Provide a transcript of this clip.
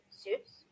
suits